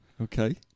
Okay